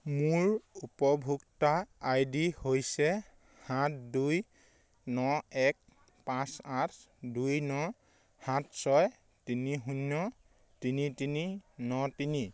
মোৰ উপভোক্তা I D হৈছে সাত দুই ন এক পাঁচ আঠ দুই ন সাত ছয় তিনি শূন্য তিনি তিনি ন তিনি